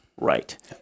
Right